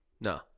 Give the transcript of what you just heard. no